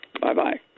Bye-bye